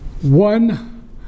One